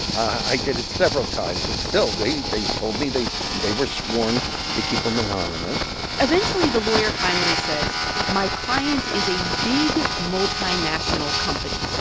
i did it several times. but still, they they told me they they were sworn to keep them anonymous eventually, the lawyer finally says my client is a big multinational company.